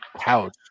couch